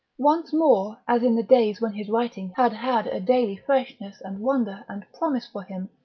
once more, as in the days when his writing had had a daily freshness and wonder and promise for him,